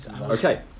Okay